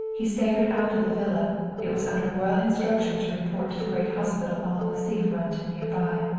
he staggered out of the villa, it was under royal instructions to report to the great hospital along the sea front and near by,